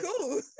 cool